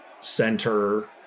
center